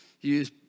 use